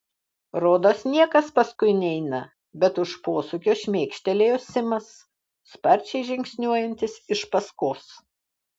rodos niekas paskui neina bet už posūkio šmėkštelėjo simas sparčiai žingsniuojantis iš paskos